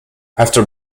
after